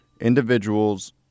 individuals